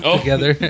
together